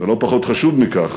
ולא פחות חשוב מכך,